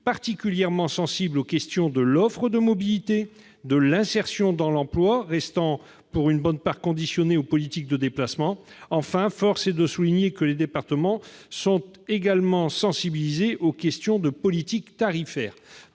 particulièrement sensibles aux questions liées à l'offre de mobilité, l'insertion dans l'emploi restant pour une bonne part conditionnée aux politiques de déplacement. Enfin, force est de souligner que les départements sont également sensibilisés aux questions de politique tarifaire.